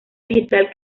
vegetal